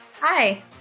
Hi